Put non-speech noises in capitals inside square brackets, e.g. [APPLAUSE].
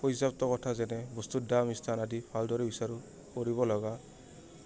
পৰ্যাপ্ত কথা যেনে বস্তুৰ দাম [UNINTELLIGIBLE] আদি ভালদৰে বিচাৰোঁ কৰিব লগা